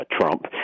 Trump